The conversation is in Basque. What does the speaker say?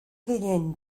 gehien